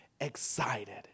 excited